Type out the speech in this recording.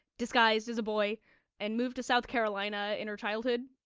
disguised as a boy and moved to south carolina in her childhood.